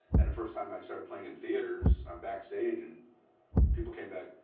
and the first time i started playing in theaters, i'm backstage, and people came back,